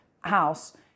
house